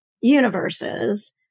universes